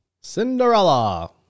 Cinderella